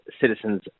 citizens